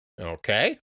Okay